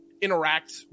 interact